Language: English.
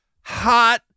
hot